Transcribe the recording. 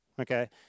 okay